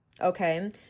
okay